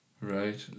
Right